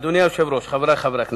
אדוני היושב-ראש, חברי חברי הכנסת,